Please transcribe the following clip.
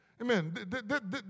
Amen